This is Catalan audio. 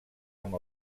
amb